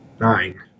Nine